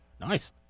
Nice